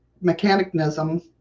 Mechanism